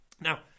Now